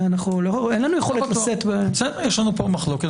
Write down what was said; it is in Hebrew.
יש לנו פה מחלוקת.